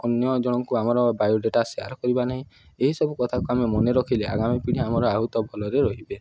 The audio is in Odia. ଅନ୍ୟ ଜଣଙ୍କୁ ଆମର ବାୟୋଡ଼ାଟା ସେୟାର୍ କରିବା ନାହିଁ ଏହିସବୁ କଥାକୁ ଆମେ ମନେ ରଖିଲେ ଆଗାମୀ ପିଢ଼ି ଆମର ବହୁତ ଭଲରେ ରହିବେ